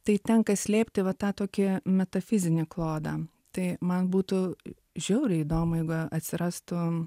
tai tenka slėpti va tą tokį metafizinį klodą tai man būtų žiauriai įdomu jeigu atsirastų